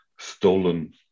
stolen